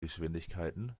geschwindigkeiten